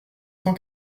cent